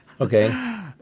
Okay